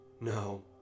No